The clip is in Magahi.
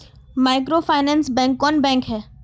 माइक्रोफाइनांस बैंक कौन बैंक है?